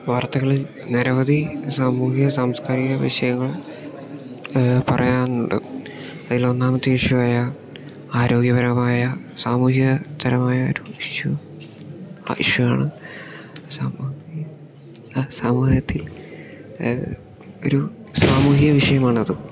വാർത്തകളിൽ നിരവധി സാമൂഹിക സാംസ്കാരിക വിഷയങ്ങൾ പറയാനുണ്ട് അതിൽ ഒന്നാമത്തെ ഇഷ്യുവായ ആരോഗ്യപരമായ സാമൂഹിക തരമായ ഒരു ഇഷ്യു ആ ഇഷ്യു ആണ് സമൂഹി സമൂഹത്തിൽ ഒരു സാമൂഹിക വിഷയമാണതും